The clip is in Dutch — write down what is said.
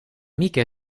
mieke